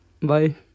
Bye